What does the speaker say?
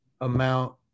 amount